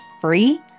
free